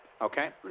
okay